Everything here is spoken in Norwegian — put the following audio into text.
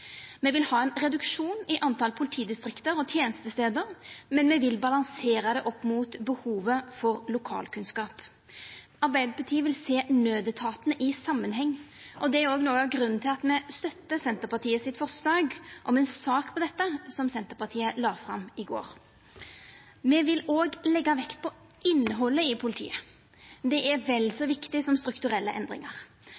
Me vil ha ein reduksjon i talet på politidistrikt og tenestestader, men me vil balansera det opp mot behovet for lokalkunnskap. Arbeidarpartiet vil sjå naudetatane i samanheng. Det er òg noko av grunnen til at me støttar Senterpartiet sitt forslag om ei sak på dette, som Senterpartiet la fram i går. Me vil òg leggja vekt på innhaldet i politiet. Det er vel så